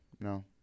No